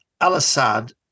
Al-Assad